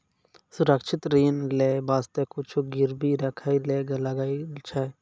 सुरक्षित ऋण लेय बासते कुछु गिरबी राखै ले लागै छै